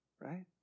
right